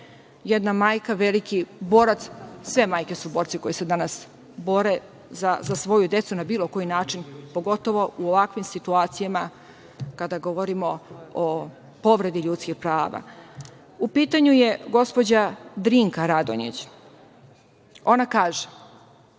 Jedna majka, veliki borac, sve majke su borci koje se danas bore za svoju decu na bilo koji način, pogotovo u ovakvim situacijama kada govorimo o povredi ljudskih prava. U pitanju je gospođa Drinka Radonjić. Ona kaže: